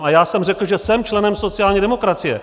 A já jsem řekl, že jsem členem sociální demokracie.